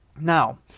Now